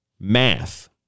math